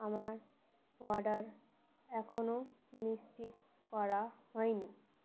আমার অর্ডার এখনও নিশ্চিত করা হয় নি